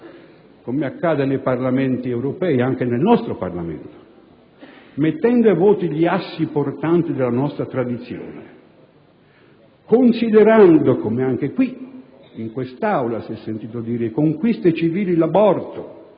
come accade nei Parlamenti europei e anche nel nostro, gli assi portanti della nostra tradizione, considerando, come anche in quest'Aula si è sentito dire, conquiste civili l'aborto,